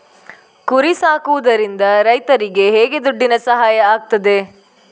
ಕುರಿ ಸಾಕುವುದರಿಂದ ರೈತರಿಗೆ ಹೇಗೆ ದುಡ್ಡಿನ ಸಹಾಯ ಆಗ್ತದೆ?